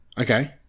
Okay